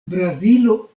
brazilo